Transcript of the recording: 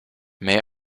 may